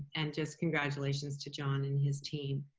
and just congratulations to john and his team.